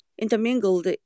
intermingled